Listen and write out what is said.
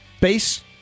base